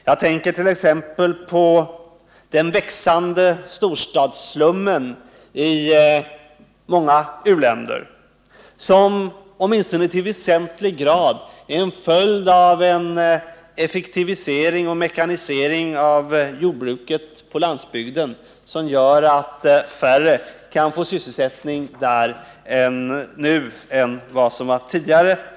Jag tänker t.ex. på den växande storstadsslummen i många u-länder som — åtminstone till väsentlig grad — är en följd av den effektivisering och mekanisering av jordbruket på landsbygden som gör att färre människor kan få sysselsättning där nu än tidigare.